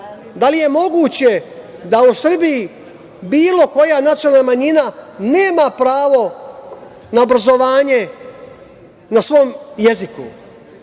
Da li je moguće da u Srbiji bilo koja nacionalna manjina nema pravo na obrazovanje na svom jeziku?